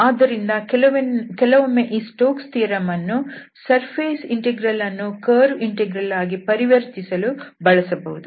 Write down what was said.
ಆದ್ದರಿಂದ ಕೆಲವೊಮ್ಮೆ ಈ ಸ್ಟೋಕ್ಸ್ ಥಿಯರಂ Stoke's Theoremಅನ್ನು ಸರ್ಫೇಸ್ ಇಂಟೆಗ್ರಲ್ ಅನ್ನು ಕರ್ವ್ ಇಂಟೆಗ್ರಲ್ ಆಗಿ ಪರಿವರ್ತಿಸಿಸಲು ಬಳಸಬಹುದು